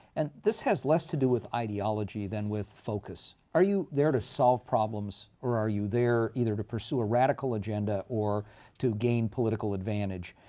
and this has less to do with ideology than with focus. are you there to solve problems, or are you there either to pursue a radical agenda or to gain political advantage?